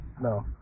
No